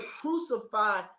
crucify